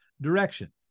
direction